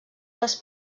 les